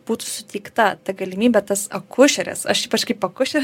būtų suteikta ta galimybė tas akušerės aš ypač kaip akušerė